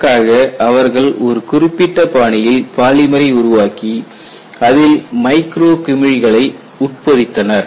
அதற்காக அவர்கள் ஒரு குறிப்பிட்ட பாணியில் பாலிமரை உருவாக்கி அதில் மைக்ரோ குமிழ்களை உட்பொதித்தனர்